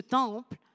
temple